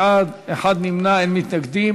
15 בעד, אחד נמנע, אין מתנגדים.